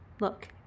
Look